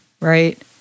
right